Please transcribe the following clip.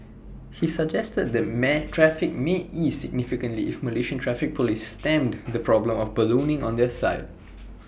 he suggested the man traffic may ease significantly if Malaysian traffic Police stemmed the problem of ballooning on their side